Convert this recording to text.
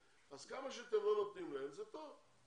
כמה שאתם לא נותנים להם, זה טוב.